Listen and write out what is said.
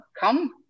come